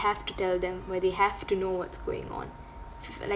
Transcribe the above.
have to tell them where they have to know what's going on f~ uh like